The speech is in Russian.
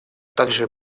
также